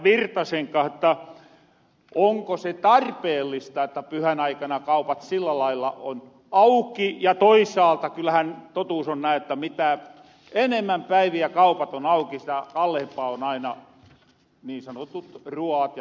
virtasen kanssa että onko se tarpeellista että pyhän aikana kaupat sillä lailla on auki ja toisaalta kyllähän totuus on näin että mitä enemmän päiviä kaupat on auki sitä kalliimpia ovat aina niin sanotut ruoat ja tarvikkeet